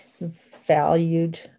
valued